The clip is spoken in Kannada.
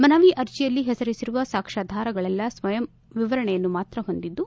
ಮನವಿ ಅರ್ಜಿಯಲ್ಲಿ ಹೆಸರಿಸಿರುವ ಸಾಕ್ಷ್ಮಾಧಾರಗಳೆಲ್ಲಾ ಸ್ವಯಂವಿವರಣೆಯನ್ನು ಮಾತ್ರ ಹೊಂದಿದ್ದು